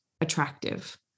attractive